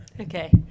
Okay